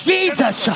Jesus